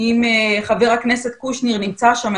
אם חבר הכנסת קושניר נמצא שם,